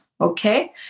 Okay